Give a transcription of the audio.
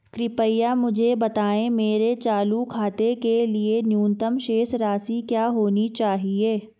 कृपया मुझे बताएं मेरे चालू खाते के लिए न्यूनतम शेष राशि क्या होनी चाहिए?